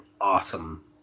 awesome